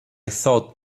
thought